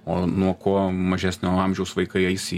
o nuo kuo mažesnio amžiaus vaikai jie eis į